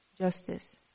justice